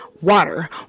water